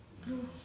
proof